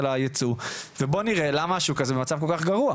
הייצוא ובואו נראה למה השוק הזה במצב כל כך גרוע.